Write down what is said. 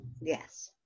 Yes